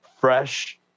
fresh